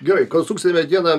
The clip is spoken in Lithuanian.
gerai kol suksi medieną